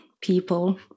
people